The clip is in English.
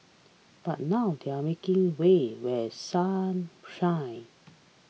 but now they are making way while sun shines